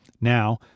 Now